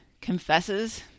confesses